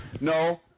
No